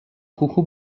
کوکو